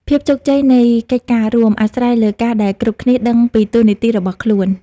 ភាពជោគជ័យនៃកិច្ចការរួម អាស្រ័យលើការដែលគ្រប់គ្នាដឹងពីតួនាទីរបស់ខ្លួន។